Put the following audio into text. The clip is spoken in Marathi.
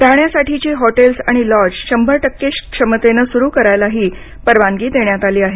राहण्यासाठीची हॉटेल्स आणि लॉज शंभर टक्के क्षमतेनं सुरू करायलाही परवानगी देण्यात आली आहे